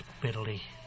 bitterly